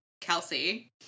Kelsey